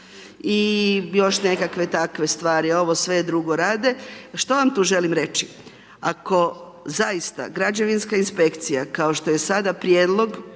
i još nekakve takve stvari, ovo sve drugo rade. Što vam tu želim reći? Ako zaista građevinska inspekcija, kao što je sada prijedlog,